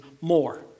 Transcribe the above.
more